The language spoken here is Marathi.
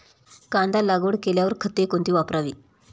कांदा लागवड केल्यावर खते कोणती वापरावी?